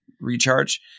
recharge